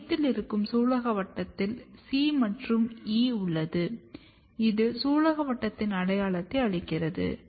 மையத்தில் இருக்கும் சூலகவட்டத்தில் C மற்றும் E உள்ளது இது சூலகவட்டத்தின் அடையாளத்தை அளிக்கிறது